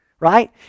Right